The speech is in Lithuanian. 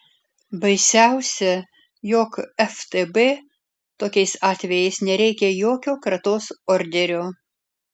baisiausia jog ftb tokiais atvejais nereikia jokio kratos orderio